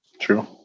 True